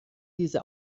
diese